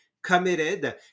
committed